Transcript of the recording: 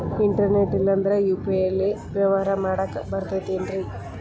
Internet ಇಲ್ಲಂದ್ರ UPI ಲೇ ವ್ಯವಹಾರ ಮಾಡಾಕ ಬರತೈತೇನ್ರೇ?